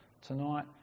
tonight